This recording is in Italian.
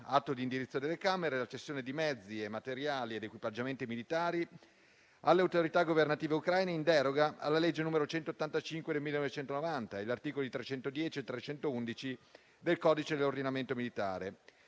atto di indirizzo delle Camere, la cessione di mezzi, materiali ed equipaggiamenti militari alle autorità governative ucraine in deroga alla legge n. 185 del 1990, agli articoli 310 e 311 del codice dell'ordinamento militare